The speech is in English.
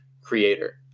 creator